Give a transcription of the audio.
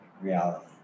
reality